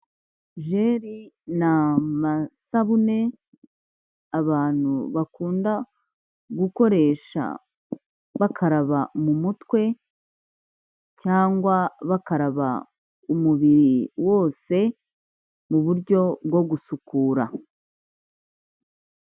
Jeri ni amasabune abantu bakunda gukoresha bakaraba mu mutwe, cyangwa bakaraba umubiri wose mu buryo bwo gusukura.